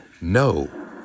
no